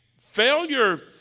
failure